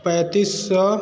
पैंतिस सौ